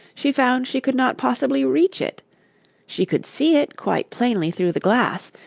she found she could not possibly reach it she could see it quite plainly through the glass,